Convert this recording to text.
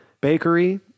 Bakery